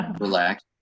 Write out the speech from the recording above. relax